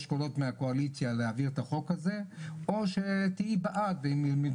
קולות מהקואליציה להעביר את החוק הזה או שתהיי בעד ואם.